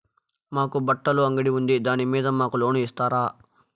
మాకు బట్టలు అంగడి ఉంది దాని మీద మాకు లోను ఇస్తారా